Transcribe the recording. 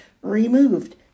removed